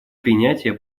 принятия